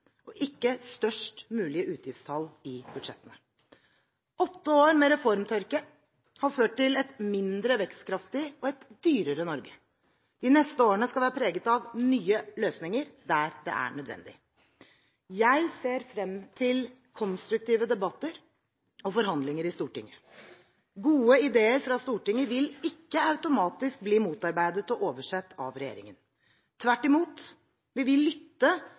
og ikke om størst mulige utgiftstall i budsjettene. Åtte år med reformtørke har ført til et mindre vekstkraftig og dyrere Norge. De neste årene skal være preget av ny løsninger der det er nødvendig. Jeg ser frem til konstruktive debatter og forhandlinger i Stortinget. Gode ideer fra Stortinget vil ikke automatisk bli motarbeidet og oversett av regjeringen. Tvert imot vil vi lytte